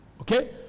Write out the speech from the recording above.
Okay